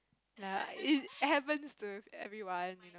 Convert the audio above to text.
ya it happens to everyone